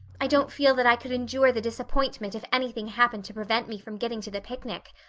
i don't feel that i could endure the disappointment if anything happened to prevent me from getting to the picnic.